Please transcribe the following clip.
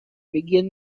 begin